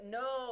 no